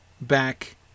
back